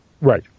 Right